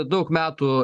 daug metų